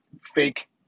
fake